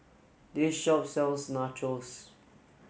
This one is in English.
this shop sells Nachos